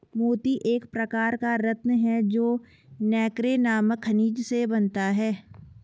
मोती एक प्रकार का रत्न है जो नैक्रे नामक खनिज से बनता है